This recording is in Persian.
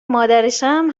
مادرشم